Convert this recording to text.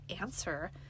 answer